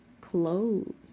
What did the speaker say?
clothes